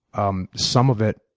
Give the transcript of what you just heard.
um some of it,